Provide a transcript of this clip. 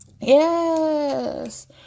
Yes